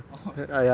hor